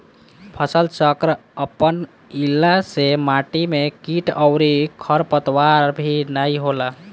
फसलचक्र अपनईला से माटी में किट अउरी खरपतवार भी नाई होला